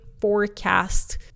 forecast